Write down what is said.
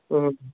ಹ್ಞೂ